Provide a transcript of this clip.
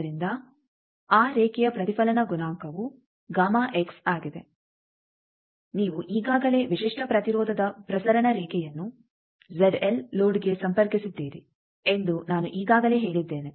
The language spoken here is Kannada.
ಆದ್ದರಿಂದ ಆ ರೇಖೆಯ ಪ್ರತಿಫಲನ ಗುಣಾಂಕವು ಆಗಿದೆ ನೀವು ಈಗಾಗಲೇ ವಿಶಿಷ್ಟ ಪ್ರತಿರೋಧದ ಪ್ರಸರಣ ರೇಖೆಯನ್ನು ಲೋಡ್ಗೆ ಸಂಪರ್ಕಿಸಿದ್ದೀರಿ ಎಂದು ನಾನು ಈಗಾಗಲೇ ಹೇಳಿದ್ದೇನೆ